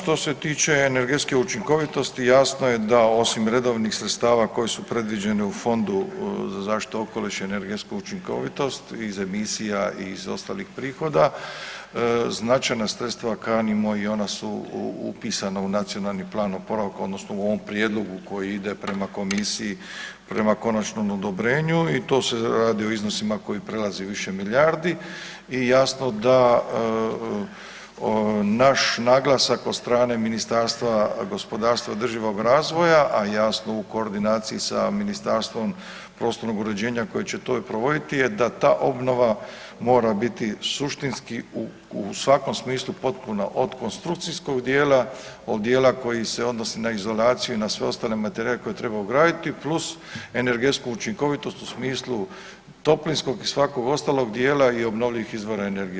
Što se tiče energetske učinkovitosti jasno je da osim redovnih sredstava koja su predviđena u Fondu za zaštitu okoliša i energetsku učinkovitost iz emisija i iz ostalih prihoda značajna sredstva kanimo i ona su upisana u Nacionalni plan oporavka odnosno u ovom prijedlogu koji ide prema komisiji, prema konačnom odobrenju i to se radi o iznosima koji prelaze više milijardi i jasno da naš naglasak od strane Ministarstva gospodarstva i održivog razvoja, a jasno u koordinaciji sa Ministarstvom prostornog uređenja koje će to i provoditi je da ta obnova mora biti suštinski u svakom smislu potpuno od konstrukcijskog dijela, od dijela koji se odnosi na izolaciju i na sve ostale materijale koje treba ugraditi plus energetsku učinkovitost u smislu toplinskog i svakog ostalog dijela i obnovljivih izvora energije.